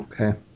Okay